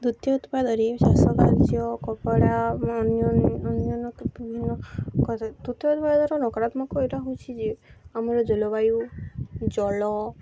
ଦୁତୀୟ ଉତ୍ପାଦରେ ଚାଷ କାର୍ଯ୍ୟ କପଡ଼ା ନ ବିଭିନ୍ନ କଥା ଦୃତୀୟ ଉତ୍ପାଦ ଦ୍ୱାରା ନକାରରାତ୍ମକ ଏଇଟା ହେଉଛି ଯେ ଆମର ଜଳବାୟୁ ଜଳ